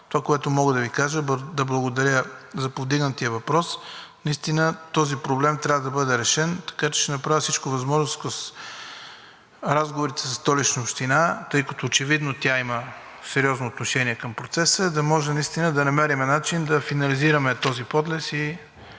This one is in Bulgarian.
това, което мога да Ви кажа, е да благодаря за повдигнатия въпрос. Наистина този проблем трябва да бъде решен. Така че ще направя всичко възможно разговорите със Столична община, тъй като очевидно тя има сериозно отношение към процеса, да може наистина да намерим начин да финализираме този подлез.